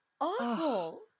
awful